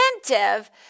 incentive